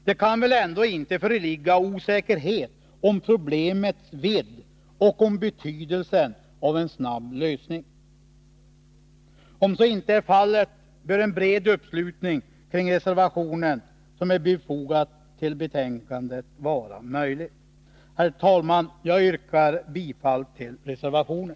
Det kan väl ändå inte föreligga osäkerhet om problemets vidd och om betydelsen av en snar lösning. Jag tror att så inte är fallet. Därför bör en bred uppslutning kring den reservation som är fogad till betänkandet vara möjlig. Herr talman! Jag yrkar bifall till reservationen.